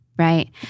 Right